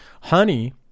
Honey